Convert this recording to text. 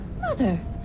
Mother